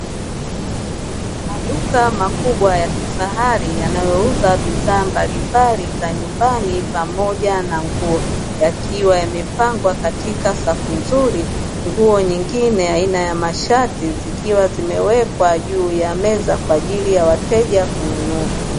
Maduka makubwa ya kifahari yanayouza bidhaa mbalimbali za nyumbani pamoja na nguo yakiwa yamepangwa katika safu nzuri , nguo nyingine aina ya mashati zikiwa zimewekwa juu ya meza Kwa ajili ya wateja kununua .